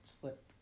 slip